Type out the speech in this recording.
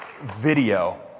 video